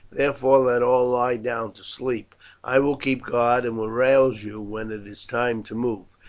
therefore let all lie down to sleep i will keep guard and will rouse you when it is time to move.